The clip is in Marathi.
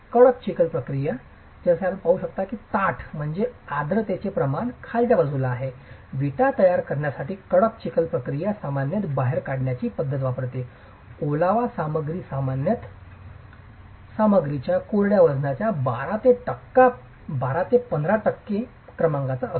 कडक चिखल प्रक्रिया जसे आपण पाहू शकता की 'ताठ' म्हणजे आर्द्रतेचे प्रमाण खालच्या बाजूला आहे विटा तयार करण्यासाठी कडक चिखल प्रक्रिया सामान्यत बाहेर काढण्याची पद्धत वापरते ओलावा सामग्री सामान्यत सामग्रीच्या कोरड्या वजनाच्या 12 ते 15 टक्के क्रमांकाचा असतो